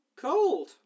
cold